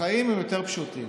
החיים הם יותר פשוטים.